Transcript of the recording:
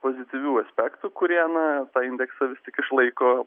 pozityvių aspektų kurie na tą indeksą vis tik išlaiko